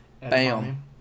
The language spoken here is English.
Bam